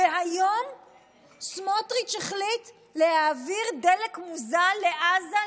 והיום סמוטריץ' החליט להעביר דלק מוזל לעזה,